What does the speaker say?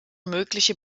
mögliche